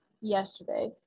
yesterday